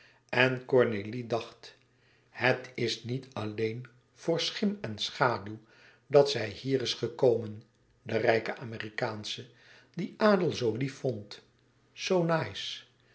en cornélie dacht het is niet alleen voor schim en schaduw dat zij hier is gekomen de rijke amerikaansche die adel zoo lief vond so